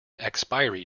expiry